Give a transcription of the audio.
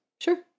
sure